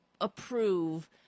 approve